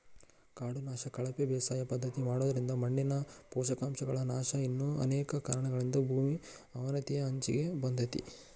ಕಾಡು ನಾಶ, ಕಳಪೆ ಬೇಸಾಯ ಪದ್ಧತಿ ಮಾಡೋದ್ರಿಂದ ಮಣ್ಣಿನ ಪೋಷಕಾಂಶಗಳ ನಾಶ ಇನ್ನು ಅನೇಕ ಕಾರಣಗಳಿಂದ ಭೂಮಿ ಅವನತಿಯ ಅಂಚಿಗೆ ಬಂದೇತಿ